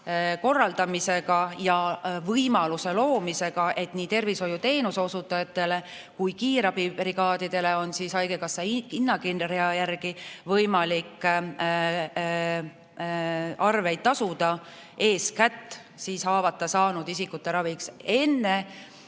korraldamisega ja võimaluse loomisega, et nii tervishoiuteenuse osutajatele kui ka kiirabibrigaadidele on haigekassa hinnakirja järgi võimalik arveid tasuda eeskätt siis haavata saanud isikute raviks.